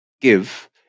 give